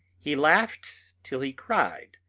he laughed till he cried,